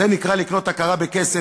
זה נקרא לקנות הכרה בכסף.